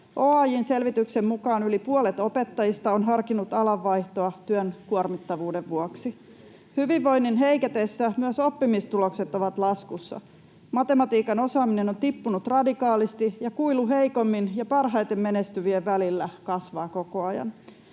OAJ:n selvityksen mukaan yli puolet opettajista on harkinnut alanvaihtoa työn kuormittavuuden vuoksi. Hyvinvoinnin heiketessä myös oppimistulokset ovat laskussa. Matematiikan osaaminen on tippunut radikaalisti, ja kuilu heikommin ja parhaiten menestyvien välillä kasvaa koko ajan.